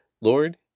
Lord